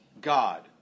God